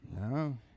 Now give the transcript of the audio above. No